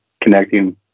Connecting